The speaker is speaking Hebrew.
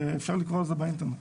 אפשר לקרוא על זה באינטרנט.